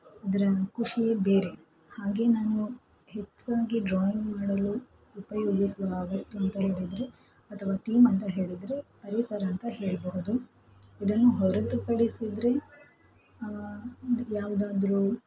ಅದರ ಖುಷಿಯೇ ಬೇರೆ ಹಾಗೆ ನಾನು ಹೆಚ್ಚಾಗಿ ಡ್ರಾಯಿಂಗ್ ಮಾಡಲು ಉಪಯೋಗಿಸುವ ವಸ್ತು ಅಂತ ಹೇಳಿದರೆ ಅಥವಾ ಥೀಮ್ ಅಂತ ಹೇಳಿದರೆ ಪರಿಸರ ಅಂತ ಹೇಳಬಹುದು ಇದನ್ನು ಹೊರತುಪಡಿಸಿದರೆ ಯಾವುದಾದ್ರೂ